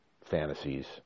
fantasies